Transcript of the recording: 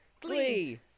Glee